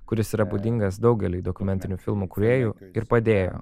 kuris yra būdingas daugeliui dokumentinių filmų kūrėjų ir padėjo